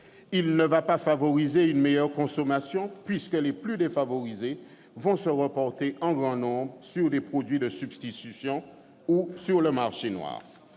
il ne va pas favoriser une meilleure consommation, puisque les plus défavorisés vont se reporter en grand nombre sur des produits de substitution ou sur le marché noir.